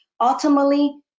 Ultimately